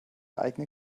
eigene